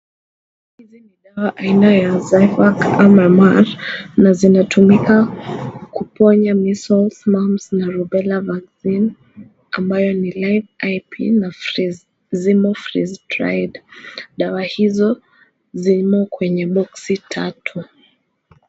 Aina ya dawa aina ya Zyvac ama mash na zinatumika kuponya measles, mumps na rubela vaccine ambayo ni live IP [s] na zimo freeze dried . Dawa hizo ziko kwenye boksi atu.